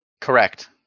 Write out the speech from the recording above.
Correct